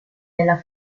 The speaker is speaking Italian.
della